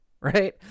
right